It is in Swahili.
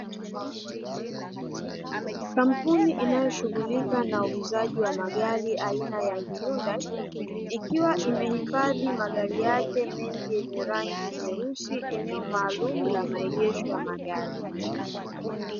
Kampuni inayoshughulika na uuzaji wa magari aina ya ¨hyundai¨, ikiwa imehifadhi magari yake mengi yenye rangi nyeusi eneo maalumu la maegesho ya magari.